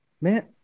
man